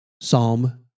Psalm